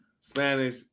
spanish